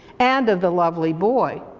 and of the lovely boy.